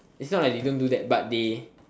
is not like they don't do that but they